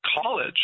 college